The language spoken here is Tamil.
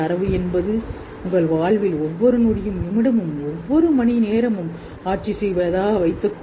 தரவின் உங்கள் வாழ்வின் ஒவ்வொரு இரண்டாவது பின்வருமாறுஅளவுநிமிடம் மற்றும் மணி மறக்க